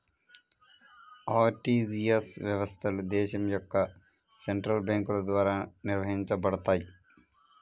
RTGS వ్యవస్థలు దేశం యొక్క సెంట్రల్ బ్యేంకుల ద్వారా నిర్వహించబడతయ్